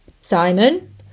Simon